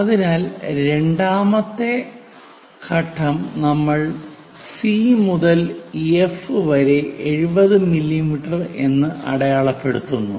അതിനാൽ രണ്ടാമത്തെ ഘട്ടം നമ്മൾ C മുതൽ F വരെ 70 മില്ലീമീറ്റർ എന്ന് അടയാളപ്പെടുത്തുന്നു